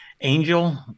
angel